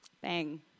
Bang